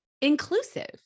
inclusive